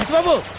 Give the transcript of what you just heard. babu.